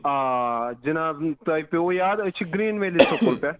آ جِناب تۄہہِ پیٚوٕ یاد أسۍ چھِ گرٛیٖن ویلی سکوٗل پیٚٹھ